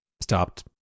stopped